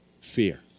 fear